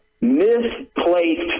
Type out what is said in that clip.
misplaced